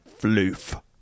Floof